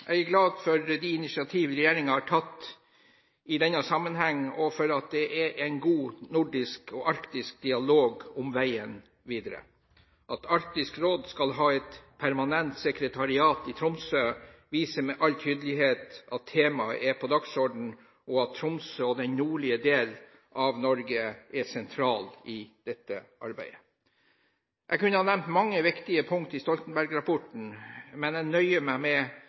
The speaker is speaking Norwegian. tatt i denne sammenheng, og for at det er en god nordisk og arktisk dialog om veien videre. At Arktisk råd skal ha et permanent sekretariat i Tromsø, viser med all tydelighet at temaet er på dagsordenen, og at Tromsø og den nordlige delen av Norge er sentral i dette arbeidet. Jeg kunne ha nevnt mange viktige punkt i Stoltenberg-rapporten, men jeg nøyer meg med